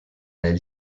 del